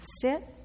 sit